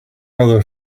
other